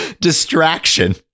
distraction